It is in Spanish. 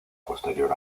posterior